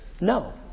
No